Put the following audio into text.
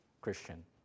Christian